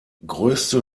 größte